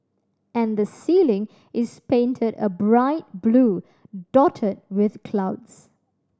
and the ceiling is painted a bright blue dotted with clouds